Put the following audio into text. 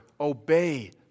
Obey